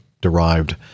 derived